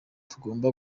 tugomba